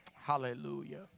Hallelujah